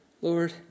Lord